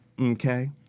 okay